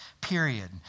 period